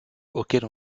auquel